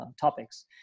topics